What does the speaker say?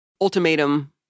ultimatum